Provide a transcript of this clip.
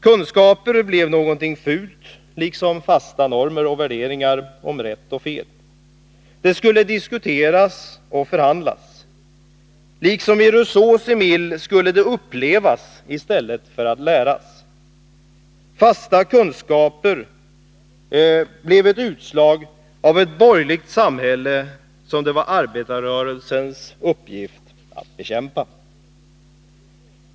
Kunskaper blev någonting fult, liksom fasta normer och värderingar om rätt och fel. Det skulle diskuteras och förhandlas. Liksom i Rousseaus Émile skulle det upplevasi stället för att läras. Fasta kunskaper blev ett utslag av ett borgerligt samhälle, som det var arbetarrörelsens uppgift att bekämpa.